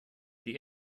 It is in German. die